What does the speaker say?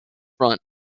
front